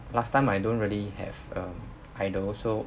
last time I don't really have um idol so